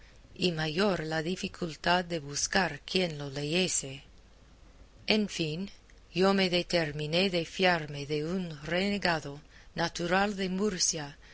y mayor la dificultad de buscar quien lo leyese en fin yo me determiné de fiarme de un renegado natural de murcia